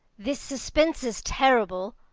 this suspense is terrible.